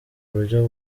buryo